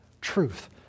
Truth